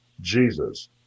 Jesus